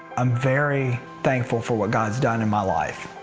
i'm very thankful for what god has done in my life.